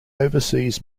overseas